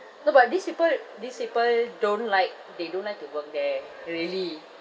no but these people these people don't like they don't like to work there really